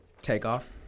Takeoff